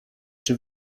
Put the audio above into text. czy